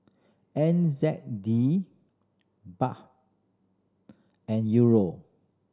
N Z D Baht and Euro